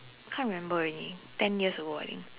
can't remember already ten years ago I think